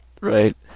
Right